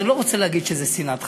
אני לא רוצה להגיד שזה שנאת חרדים,